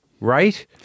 right